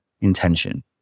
intention